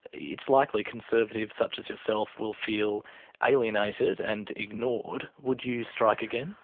it's likely conservatives such as yourself will feel alienated and ignored. would you strike again?